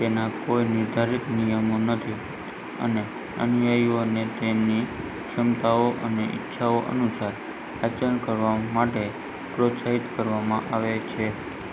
તેના કોઈ નિર્ધારિત નિયમો નથી અને અનુયાયીઓને તેમની ક્ષમતાઓ અને ઇચ્છાઓ અનુસાર આચરણ કરવા માટે પ્રોત્સાહિત કરવામાં આવે છે